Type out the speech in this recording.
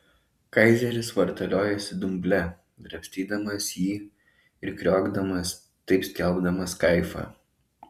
kaizeris vartaliojosi dumble drabstydamas jį ir kriokdamas taip skelbdamas kaifą